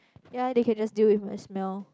ya they can just deal with my smell